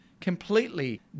completely